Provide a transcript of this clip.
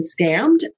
scammed